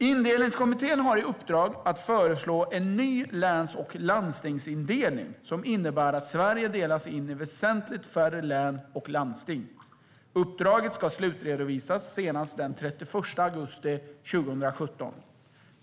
Indelningskommittén har i uppdrag att föreslå en ny läns och landstingsindelning som innebär att Sverige delas in i väsentligt färre län och landsting. Uppdraget ska slutredovisas senast den 31 augusti 2017.